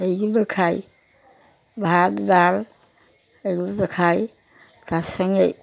এইগুলো খাই ভাত ডাল এগুলো খাই তার সঙ্গে